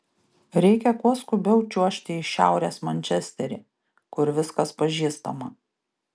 reikia kuo skubiau čiuožti į šiaurės mančesterį kur viskas pažįstama